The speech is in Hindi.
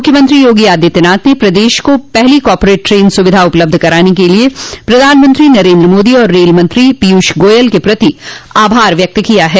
मुख्यमंत्री योगी आदित्यनाथ ने प्रदेश को पहली कॉरपोरेट ट्रेन की सुविधा उपलब्ध कराने के लिये प्रधानमंत्री नरेन्द्र मोदी और रेल मंत्री पीयूष गोयल के प्रति आभार व्यक्त किया है